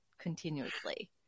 continuously